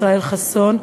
ישראל חסון,